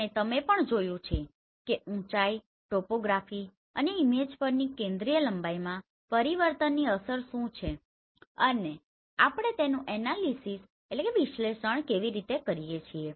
અને તમે એ પણ જોયું છે કે ઊચાઈ ટોપોગ્રાફી અને ઇમેજ પરની કેન્દ્રીય લંબાઈમાં પરિવર્તનની અસર શું છે અને આપણે તેનું એનાલિસીસ કેવી રીતે કરીએ છીએ